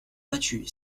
battu